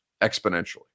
exponentially